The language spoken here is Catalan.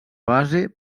base